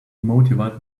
motivate